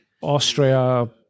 Austria